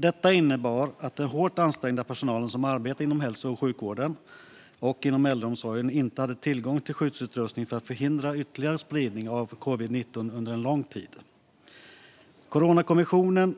Detta innebar under lång tid att den hårt ansträngda personal som arbetade inom hälso och sjukvården och äldreomsorgen inte hade tillgång till skyddsutrustning för att förhindra ytterligare spridning av covid-19. Coronakommissionen,